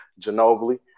Ginobili